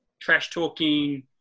trash-talking